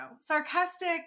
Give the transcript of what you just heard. sarcastic